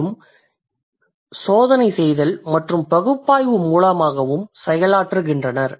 மேலும் சோதனை செய்தல் மற்றும் பகுப்பாய்வு மூலமாகவும் செயலாற்றுகின்றனர்